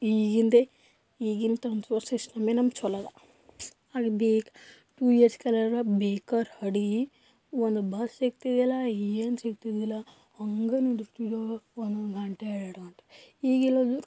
ಈಗಿಂದೇ ಈಗಿಂದ ಟ್ರಾನ್ಸ್ಫೋರ್ ಸಿಸ್ಟಮೇ ನಮ್ಗೆ ಚಲೋ ಅದ ಟು ಇಯರ್ಸ್ ಕೆಳಗರೆ ಬೇಕಾರ ಹಡಿ ಒಂದು ಬಸ್ ಸಿಕ್ತಿದ್ದಿಲ್ಲ ಏನೂ ಸಿಕ್ತಿದ್ದಿಲ್ಲ ಹಂಗೆ ನಿಂತಿರ್ತಿದೋ ಒಂದೊಂದು ಗಂಟೆ ಎರ್ಡು ಗಂಟೆ ಈಗಿಲ್ಲದು